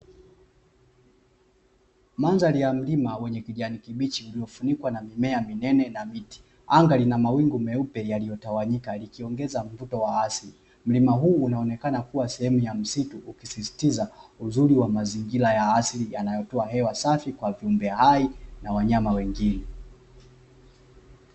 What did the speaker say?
Mandhari ya mlima wenye kijani kibichi uliofunikwa na mimea minene na miti, angali na mawingu meupe yaliyotawanyika likiongeza mvuto wa asili. Mlima huu unaonekana kua sehemu ya msitu ukisisitiza uzuri wa mazingira ya asili yanayotoa hewa safi kwa viumbe hai na wanyama wengine.